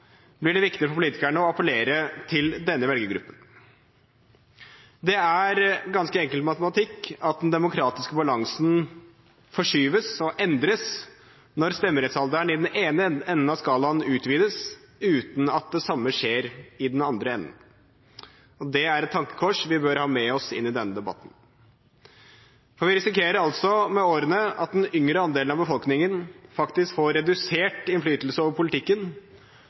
blir det viktig for politikerne å appellere til denne velgergruppen. Det er ganske enkel matematikk at den demokratiske balansen forskyves og endres når stemmerettsalderen i den ene enden av skalaen utvides, uten at det samme skjer i den andre enden. Det er et tankekors vi bør ha med oss inn i denne debatten, for vi risikerer med årene at den yngre andelen av befolkningen faktisk får redusert innflytelse over politikken